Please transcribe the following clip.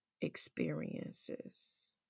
experiences